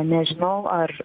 nežinau ar